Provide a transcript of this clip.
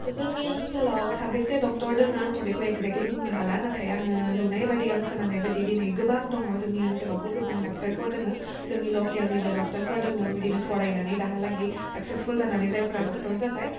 जोंनि ओनसोलाव साबेसे डक्टर दङ आङोथ' बेखौ एग्जाक्टलि बुंनो हाला नाथाय आङो नुनाबादि आं खोनानाय बायदि दिनै गोबां दङ जोंनि ओनसोलावबो गोबां डाक्टारफोर दङो जोंनि लकेलनिबो डक्टरफोर दङो बिदिनो फरायनानै दाहालागि साक्सेसफुल जानानै जायफ्रा डक्टर जाबाय